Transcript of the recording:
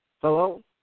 Hello